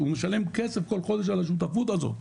הוא משלם כסף כל חודש על השותפות הזאת.